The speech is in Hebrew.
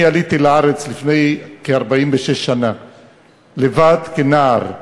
אני עליתי לארץ לפני כ-46 שנה לבד, כנער,